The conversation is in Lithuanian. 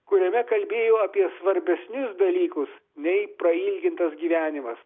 kuriame kalbėjo apie svarbesnius dalykus nei prailgintas gyvenimas